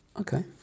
okay